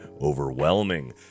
overwhelming